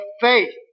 faith